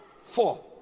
four